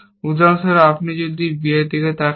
উদাহরণস্বরূপ আপনি যদি একটি b এর দিকে তাকান